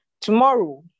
Tomorrow